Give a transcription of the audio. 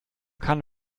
kann